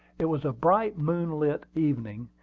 it was a bright moonlight evening,